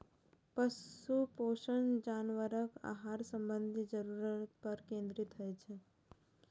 पशु पोषण जानवरक आहार संबंधी जरूरत पर केंद्रित होइ छै